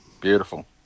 Beautiful